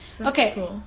Okay